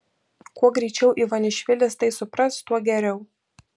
kuo greičiau ivanišvilis tai supras tuo geriau